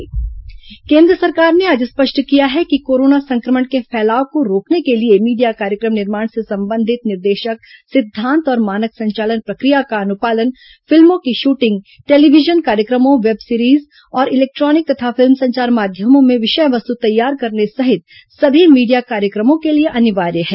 सरकार एसओपी केन्द्र सरकार ने आज स्पष्ट किया है कि कोरोना संक्रमण के फैलाव को रोकने के लिए मीडिया कार्यक्रम निर्माण से संबंधित निर्देशक सिद्धांत और मानक संचालन प्रक्रिया का अनुपालन फिल्मों की शूटिंग टेलीविजन कार्यक्रमों वेब सीरीज और इलेक्ट्रॉनिक तथा फिल्म संचार माध्यमों में विषय वस्तु तैयार करने सहित सभी मीडिया कार्यक्रमों के लिए अनिवार्य है